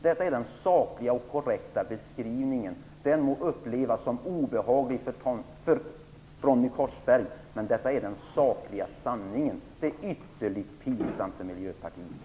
Detta är den sakliga och korrekta beskrivningen. Den må upplevas som obehaglig för Ronny Korsberg, men detta är den sakliga sanningen. Det är ytterligt pinsamt för Miljöpartiet.